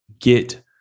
get